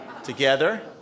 together